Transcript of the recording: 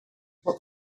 what